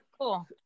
cool